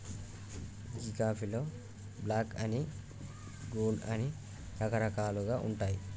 గీ కాఫీలో బ్లాక్ అని, కోల్డ్ అని రకరకాలుగా ఉంటాయి